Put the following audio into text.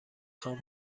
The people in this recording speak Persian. خوام